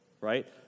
right